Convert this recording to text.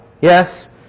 Yes